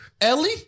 Ellie